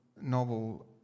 novel